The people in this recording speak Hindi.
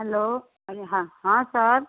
हेलो अरे हाँ हाँ सर